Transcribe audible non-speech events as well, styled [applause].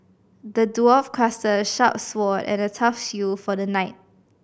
the dwarf [unintelligible] a sharp sword and a tough shield for the knight